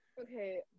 Okay